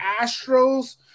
Astros